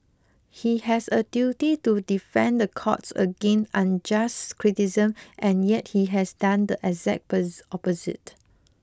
he has a duty to defend the courts against unjust criticism and yet he has done the exact pose opposite